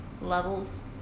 levels